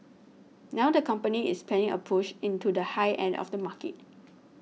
now the company is planning a push into the high end of the market